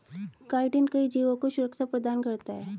chitin कई जीवों को सुरक्षा प्रदान करता है